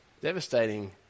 Devastating